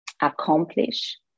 accomplish